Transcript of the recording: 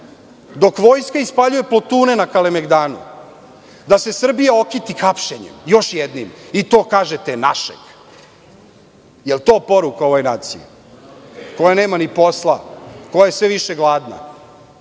dok vojska ispaljuje plotune na Kalemegdanu, da se Srbija okiti hapšenjem, još jednim i to kažete - našeg. Jel to poruka ovoj naciji, koja nema ni posla, koja je sve više gladna?